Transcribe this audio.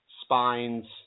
spines